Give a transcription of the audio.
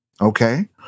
okay